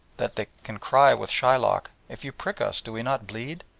that they can cry with shylock, if you prick us, do we not bleed?